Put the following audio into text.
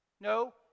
No